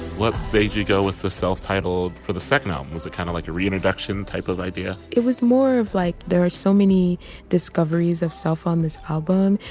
what made you go with the self-titled for the second album was it kind of like a reintroduction type of idea it was more like there are so many discoveries of self on this album.